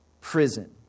prison